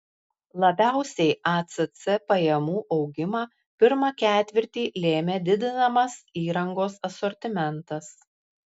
labiausiai acc pajamų augimą pirmą ketvirtį lėmė didinamas įrangos asortimentas